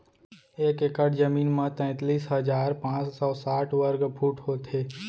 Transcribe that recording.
एक एकड़ जमीन मा तैतलीस हजार पाँच सौ साठ वर्ग फुट होथे